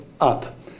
up